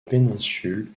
péninsule